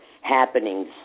happenings